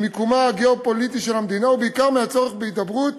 ממקומה הגיאו-פוליטי של המדינה ובעיקר מהצורך בהידברות,